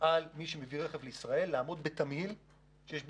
על מי שמביא רכב לישראל לעמוד בתמהיל פליטות,